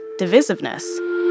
divisiveness